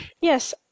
yes